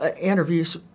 interviews